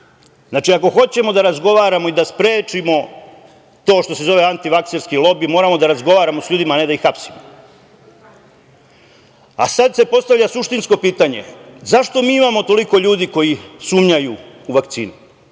Znači, ako hoćemo da razgovaramo i da sprečimo to što se zove antivakserski lobi moramo da razgovaramo sa ljudima, a ne da ih hapsimo. Sada se postavlja suštinsko pitanje – zašto mi imamo toliko ljudi koji sumnjaju u vakcine?